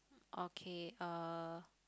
okay uh